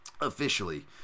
officially